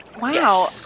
Wow